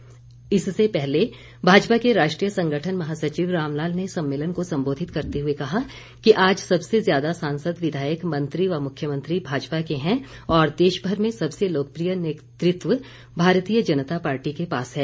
सम्मेलन इससे पहले भाजपा के राष्ट्रीय संगठन महासचिव रामलाल ने सम्मेलन को सम्बोधित करते हुए कहा कि आज सबसे ज्यादा सांसद विधायक मंत्री व मुख्यमंत्री भाजपा के हैं और देशभर में सबसे लोकप्रिय नेतृत्व भारतीय जनता पार्टी के पास है